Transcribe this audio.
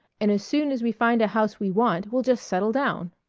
and as soon as we find a house we want we'll just settle down.